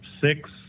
six